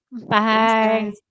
Bye